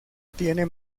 tiene